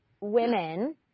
women